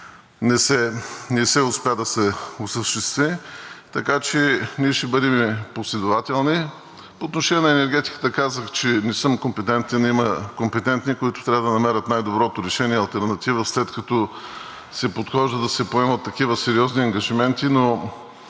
не успя да се осъществи. Така че ние ще бъдем последователни. По отношение на енергетиката казах, че не съм компетентен. Има компетентни, които трябва да намерят най-доброто решение – алтернатива, след като се подхожда да се поемат такива сериозни ангажименти. Не